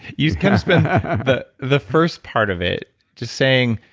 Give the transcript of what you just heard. you kind of spent the the first part of it just saying,